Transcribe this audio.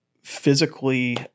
Physically